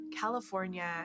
California